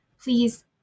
Please